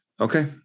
Okay